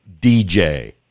DJ